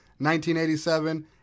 1987